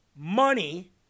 money